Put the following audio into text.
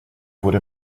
wurde